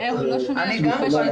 אלי צוקרמן.